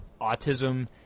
autism